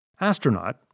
Astronaut